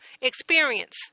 experience